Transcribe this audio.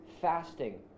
fasting